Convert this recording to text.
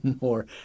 more